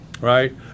right